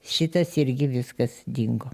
šitas irgi viskas dingo